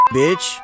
bitch